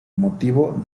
motivo